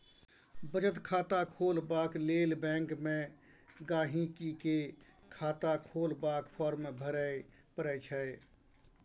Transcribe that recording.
बचत खाता खोलबाक लेल बैंक मे गांहिकी केँ खाता खोलबाक फार्म भरय परय छै